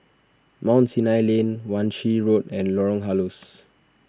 Mount Sinai Lane Wan Shih Road and Lorong Halus